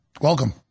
Welcome